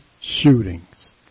shootings